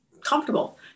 comfortable